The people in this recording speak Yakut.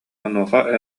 онуоха